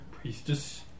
priestess